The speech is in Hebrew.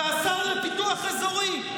והשר לפיתוח אזורי.